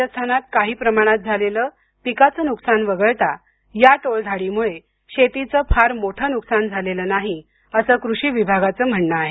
राजस्थानात काही प्रमाणात झालेलं पिकाचं नुकसान वगळता या टोळधाडीमुळे शेतीचं फार मोठं नुकसान झालेलं नाही असं कृषी विभागाचं म्हणणं आहे